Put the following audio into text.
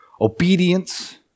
obedience